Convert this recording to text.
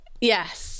Yes